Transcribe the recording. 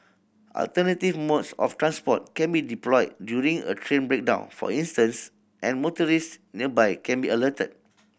alternative modes of transport can be deployed during a train breakdown for instance and motorists nearby can be alerted